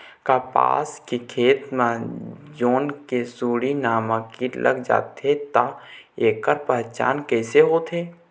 कपास के खेती मा जोन ये सुंडी नामक कीट लग जाथे ता ऐकर पहचान कैसे होथे?